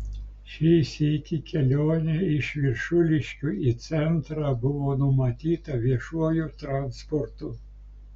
šį sykį kelionė iš viršuliškių į centrą buvo numatyta viešuoju transportu